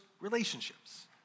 relationships